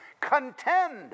Contend